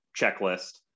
checklist